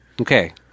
okay